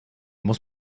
muss